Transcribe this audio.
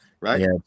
Right